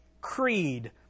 creed